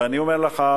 ואני אומר לך,